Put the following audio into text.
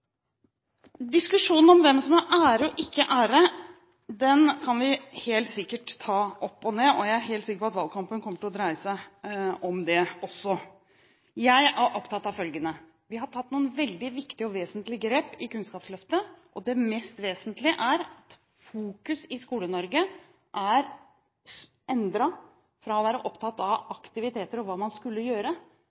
Diskusjonen om hvem som har ære og ikke ære, kan vi helt sikkert ta opp og ned i mente, og jeg er helt sikker på at valgkampen kommer til å dreie seg om det også. Jeg er opptatt av følgende: Vi har tatt noen veldig viktige og vesentlige grep i Kunnskapsløftet, og det mest vesentlige er at vi i Skole-Norge nå fokuserer annerledes: fra å være opptatt av aktiviteter og hva man skulle gjøre,